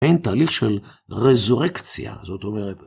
אין תהליך של רזורקציה, זאת אומרת.